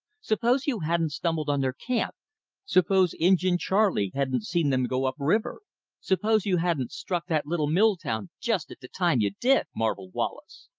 suppose you hadn't stumbled on their camp suppose injin charley hadn't seen them go up-river suppose you hadn't struck that little mill town just at the time you did! marvelled wallace.